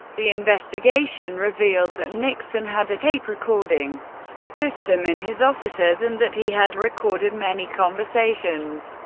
the investigation revealed that nixon had a tape-recording system in his offices and that he had recorded many conversations.